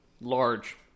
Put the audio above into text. large